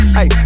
Hey